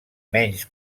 menys